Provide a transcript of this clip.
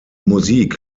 musik